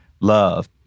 love